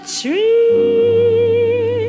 tree